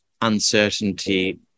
uncertainty